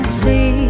see